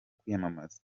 kwiyamamaza